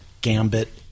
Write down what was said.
Gambit